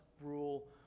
rule